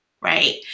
right